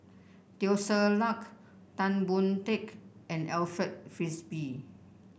Teo Ser Luck Tan Boon Teik and Alfred Frisby